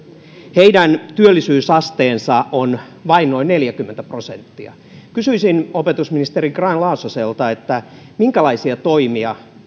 heidän työllisyysasteensa on vain noin neljäkymmentä prosenttia kysyisin opetusministeri grahn laasoselta minkälaisia toimia